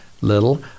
little